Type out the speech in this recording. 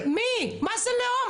מה זה לאום,